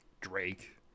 drake